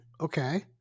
Okay